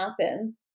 happen